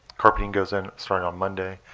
carpeting goes in starting on monday.